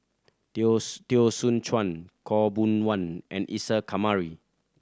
Teo Teo Soon Chuan Khaw Boon Wan and Isa Kamari